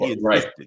right